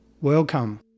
Welcome